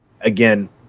again